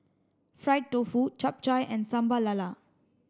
fried tofu Chap Chai and Sambal Lala